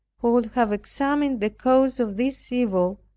who would have examined the cause of this evil,